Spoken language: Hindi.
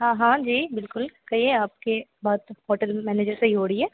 हाँ हाँ जी बिल्कुल कहिए आपके बात होटल मैनेजर से ही हो रही है